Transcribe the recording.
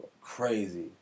Crazy